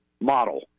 model